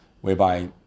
whereby